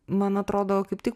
man atrodo kaip tik